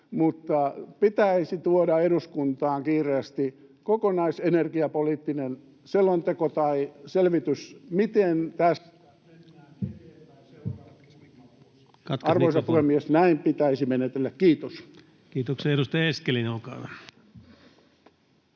— pitäisi tuoda eduskuntaan kiireesti kokonaisenergiapoliittinen selonteko tai selvitys, miten tästä mennään eteenpäin muutama seuraava vuosi. Arvoisa puhemies! Näin pitäisi menetellä. — Kiitos. Kiitoksia. — Edustaja Eskelinen, olkaa hyvä.